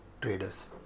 traders